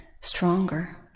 stronger